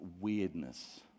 weirdness